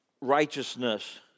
righteousness